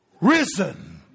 risen